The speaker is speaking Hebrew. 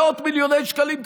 מאות מיליוני שקלים,